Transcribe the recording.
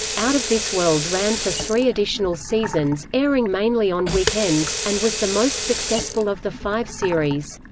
out of this world ran for three additional seasons, airing mainly on weekends, and was the most successful of the five series.